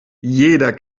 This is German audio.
jeder